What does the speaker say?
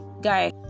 guy